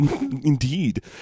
Indeed